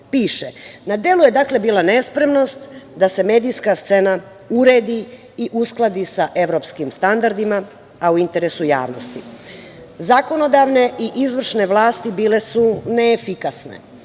piše. Na delu je dakle bilo nespremnost da se medijske scena uredi u uskladi sa evropskim standardima, a interesu javnosti. Zakonodavne i izvršne vlasti bile su neefikasne.